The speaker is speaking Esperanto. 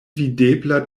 videbla